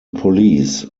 police